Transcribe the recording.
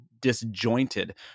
disjointed